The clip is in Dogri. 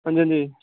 हां जी हां जी